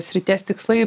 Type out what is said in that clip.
srities tikslai